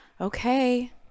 Okay